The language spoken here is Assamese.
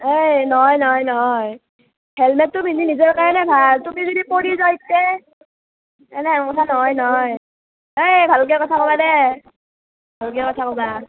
অই নহয় নহয় নহয় হেলমেতটো পিন্ধলি নিজৰ কাৰণে ভাল তুমি যদি পৰি যা ইত্তেই তেনেহান কথা নহয় নহয় অই ভালকৈ কথা ক'বা দেই ভালকৈ কথা কবা